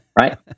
right